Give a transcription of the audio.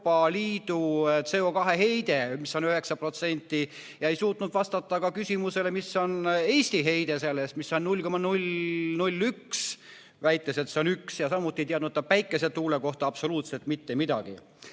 Euroopa Liidu CO2heide, mis on 9%, ja ei suutnud vastata ka küsimusele, kui suur on Eesti heide sellest, mis on 0,01, väites, et see on 1, ja samuti ei teadnud ta päikesetuulest absoluutselt mitte midagi.